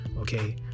Okay